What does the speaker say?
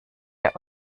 der